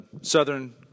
Southern